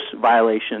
violation